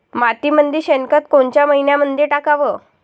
मातीमंदी शेणखत कोनच्या मइन्यामंधी टाकाव?